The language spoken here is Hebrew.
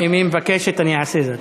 אם היא מבקשת, אני אעשה זאת.